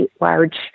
large